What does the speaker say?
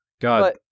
god